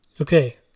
Okay